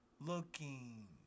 looking